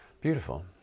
Beautiful